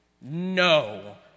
no